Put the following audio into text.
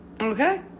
okay